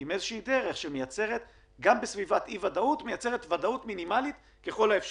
ודרך שגם בסביבת אי ודאות מייצרת ודאות מינימלית ככל האפשר.